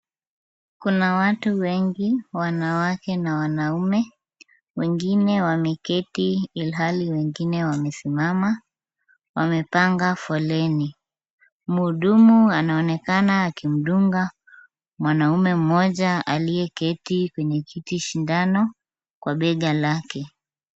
Kuna watu wengi; wanawake na wanaume. Wengine wameketi ilhali wengine wamesimama. Wamepanga foleni. Mhudumu anaonekana akimdunga mwanaume mmoja aliyeketi kwenye kiti sindano kwa bega lake.